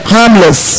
harmless